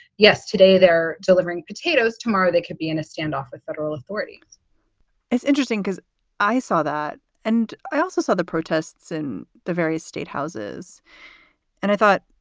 yes, today they're delivering potatoes tomorrow. they could be in a standoff with federal authorities it's interesting because i saw that and i also saw the protests in the various state houses and i thought,